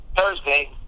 Thursday